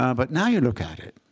um but now you look at it,